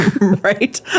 Right